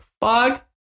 fuck